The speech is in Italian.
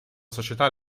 società